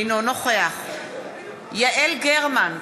אינו נוכח יעל גרמן,